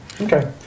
Okay